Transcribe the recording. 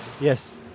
Yes